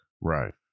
Right